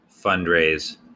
fundraise